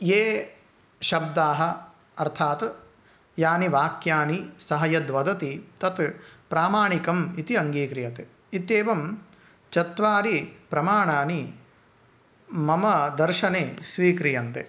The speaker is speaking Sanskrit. ये शब्दाः अर्थात् यानि वाक्यानि सः यद् वदति तत् प्रामाणिकम् इति अङ्गीक्रियते इत्येवं चत्वारि प्रमाणानि मम दर्शने स्वीक्रियन्ते